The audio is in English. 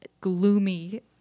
gloomy